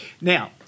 Now